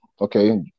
okay